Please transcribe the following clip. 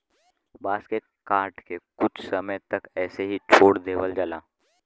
बांस के काट के कुछ समय तक ऐसे ही छोड़ देवल जाला